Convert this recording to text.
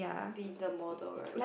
be the model right